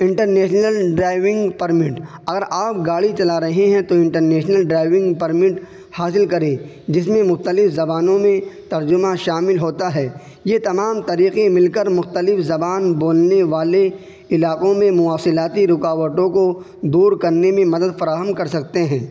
international driving permit اگر آپ گاڑی چلا رہے ہیں تو انٹرنیشنل ڈرائیونگ پرمٹ حاصل کریں جس میں مختلف زبانوں میں ترجمہ شامل ہوتا ہے یہ تمام طریقے مل کر مختلف زبان بولنے والے علاقوں میں مواصلاتی رکاوٹوں کو دور کرنے میں مدد فراہم کر سکتے ہیں